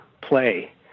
play